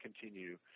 continue